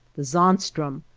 the zaanstroom,